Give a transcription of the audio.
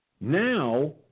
Now